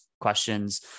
questions